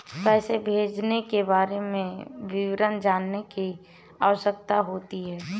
पैसे भेजने के बारे में विवरण जानने की क्या आवश्यकता होती है?